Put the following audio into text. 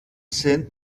sind